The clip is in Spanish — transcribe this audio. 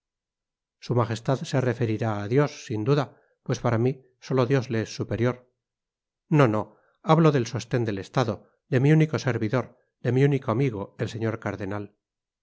su magestad se referirá á dios sin duda pues para mí solo dios le es superior no no hablo del sosten del estado de mi único servidor de mi único amigo del señor cardenal